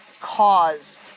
caused